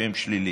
שהם שליליים.